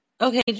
okay